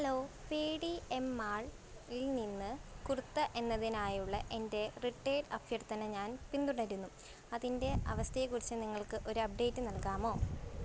hello Paytm മാളിൽ നിന്ന് കുർത്ത എന്നതിനായുള്ള എൻ്റെ റിട്ടേൺ അഭ്യർത്ഥന ഞാൻ പിന്തുടരുന്നു അതിൻ്റെ അവസ്ഥയെക്കുറിച്ച് നിങ്ങൾക്കൊരു അപ്ഡേറ്റ് നൽകാമോ